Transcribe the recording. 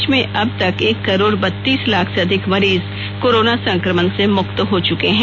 देश में अब तक एक करोड़ बत्तीस लाख से अधिक मरीज कोरोना संक्रमण से मुक्त हो चुके हैं